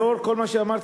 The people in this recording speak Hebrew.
לאור כל מה שאמרתי,